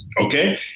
okay